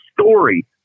story